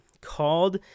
called